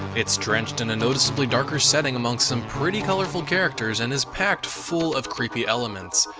it's drenched in a noticeably darker setting amongst some pretty colorful characters and is packed full of creepy elements.